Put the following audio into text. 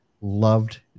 loved